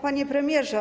Panie Premierze!